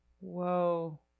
Whoa